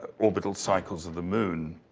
orbital cycles of the moon.